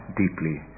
deeply